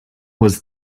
was